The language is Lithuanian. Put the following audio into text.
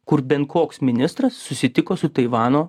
kur bent koks ministras susitiko su taivano